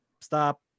stop